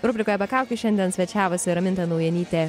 rubrikoje be kaukių šiandien svečiavosi raminta naujanytė